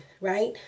right